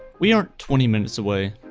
we aren't twenty minutes away.